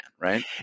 right